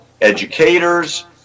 educators